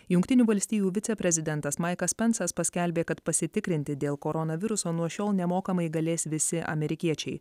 jungtinių valstijų viceprezidentas maikas pensas paskelbė kad pasitikrinti dėl koronaviruso nuo šiol nemokamai galės visi amerikiečiai